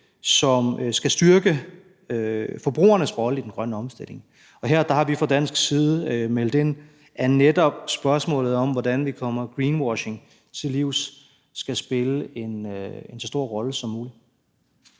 som skal styrke forbrugernes rolle i den grønne omstilling. Her har vi fra dansk side meldt ind, at netop spørgsmålet om, hvordan vi kommer greenwashing til livs, skal spille en så stor rolle som muligt.